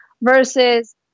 Versus